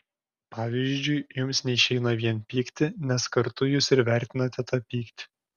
pavyzdžiui jums neišeina vien pykti nes kartu jūs ir vertinate tą pyktį